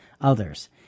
others